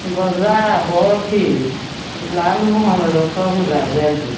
গজা বৰফি লালমোহন ৰসগোল্লা জেলেপী